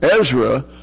Ezra